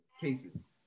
cases